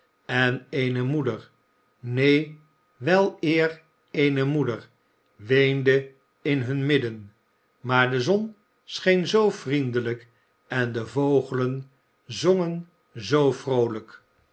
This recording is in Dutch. en eene moeder neen weleer eene moeder weende in hun midden maar de zon scheen zoo vriendelijk en de vogelen zongen zoo vroolijk